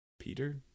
peter